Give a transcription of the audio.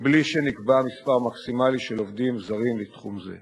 וזאת טרם הבאתם של עובדים זרים חדשים מחוץ-לארץ.